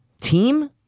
Team